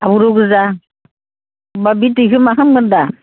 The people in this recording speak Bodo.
हाब्रुगोजा ओमफाय बे दैखो मा खामगोन दा